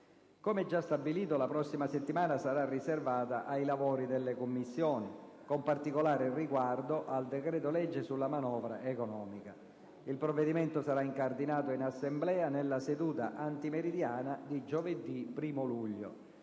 Come già stabilito, la prossima settimana sarà riservata ai lavori delle Commissioni, con particolare riguardo al decreto-legge sulla manovra economica. Il provvedimento sarà incardinato in Assemblea nella seduta antimeridiana di giovedì 1° luglio.